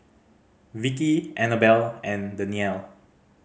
Vicky Annabel and Daniele